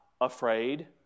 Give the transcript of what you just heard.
afraid